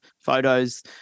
photos